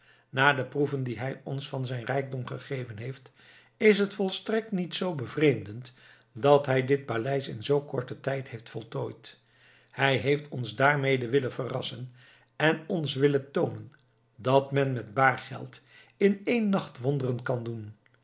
na de proeven die hij ons van zijn rijkdom gegeven heeft is het volstrekt niet zoo bevreemdend dat hij dit paleis in zoo korten tijd heeft voltooid hij heeft ons daarmee willen verrassen en ons willen toonen dat men met baar geld in één nacht wonderen kan doen